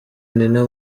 nina